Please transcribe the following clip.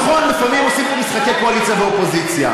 נכון, לפעמים עושים פה משחקי קואליציה ואופוזיציה,